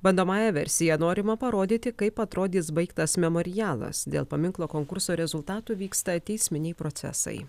bandomąja versija norima parodyti kaip atrodys baigtas memorialas dėl paminklo konkurso rezultatų vyksta teisminiai procesai